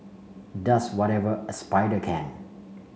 does whatever a spider can